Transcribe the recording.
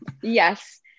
yes